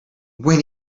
when